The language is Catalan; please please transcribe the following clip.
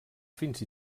fins